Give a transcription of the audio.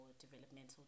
developmental